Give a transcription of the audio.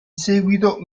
seguito